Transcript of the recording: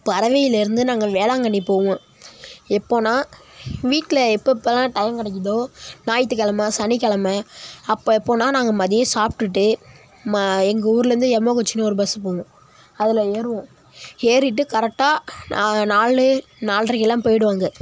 பரவையிலிருந்து நாங்கள் வேளாங்கண்ணி போவோம் எப்போன்னால் வீட்டில் எப்பெப்போலாம் டைம் கிடைக்கிதோ ஞாயித்துக்கெழம சனிக்கெழம அப்போ எப்போன்னால் நாங்கள் மதியம் சாப்டுவிட்டு மா எங்கள் ஊர்லிருந்து எம்ஓஹச்சினு பஸ்ஸு போகும் அதில் ஏறுவோம் ஏறிவிட்டு கரெக்டாக நான் நாலு நாலரைக்கிலாம் போயிடுவோம் அங்கே